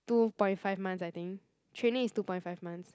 two point five months I think training is two point five months